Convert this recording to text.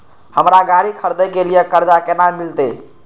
हमरा गाड़ी खरदे के लिए कर्जा केना मिलते?